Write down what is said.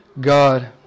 God